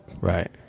Right